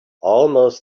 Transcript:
almost